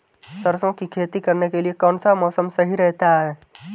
सरसों की खेती करने के लिए कौनसा मौसम सही रहता है?